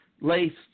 laced